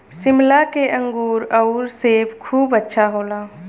शिमला के अंगूर आउर सेब खूब अच्छा होला